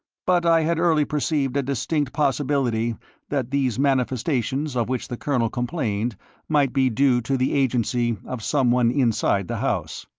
but i had early perceived a distinct possibility that these manifestations of which the colonel complained might be due to the agency of someone inside the house.